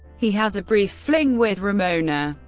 he has a brief fling with ramona,